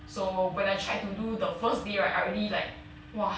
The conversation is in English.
so when I tried to do the first day right I already like !wah!